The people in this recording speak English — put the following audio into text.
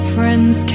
Friends